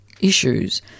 issues